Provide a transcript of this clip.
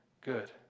good